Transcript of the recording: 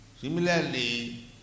Similarly